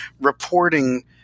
reporting